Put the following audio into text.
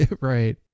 Right